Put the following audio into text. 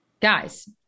guys